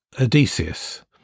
Odysseus